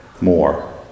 more